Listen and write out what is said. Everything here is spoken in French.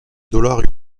dollars